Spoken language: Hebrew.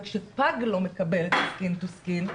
וכשפג לא מקבל את ה- "skin to skin",